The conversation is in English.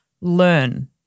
learn